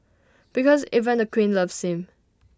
because even the queen loves him